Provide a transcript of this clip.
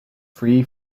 free